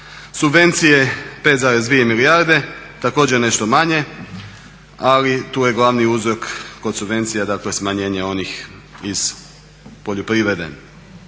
Subvencije 5,2 milijarde također nešto manje, ali tu je glavni uzrok kod subvencija dakle smanjenje onih iz poljoprivrede.